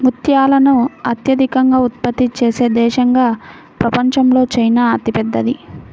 ముత్యాలను అత్యధికంగా ఉత్పత్తి చేసే దేశంగా ప్రపంచంలో చైనా అతిపెద్దది